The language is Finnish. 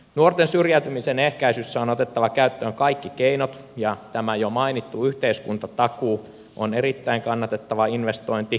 nuorten syrjäytymisen ehkäisyssä on otettava käyttöön kaikki keinot ja tämä jo mainittu yhteiskuntatakuu on erittäin kannatettava investointi